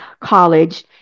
college